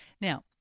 Now